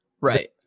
Right